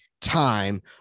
time